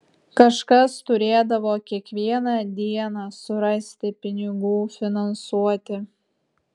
kažkas turėdavo kiekvieną dieną surasti pinigų finansuoti